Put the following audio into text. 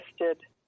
listed